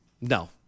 No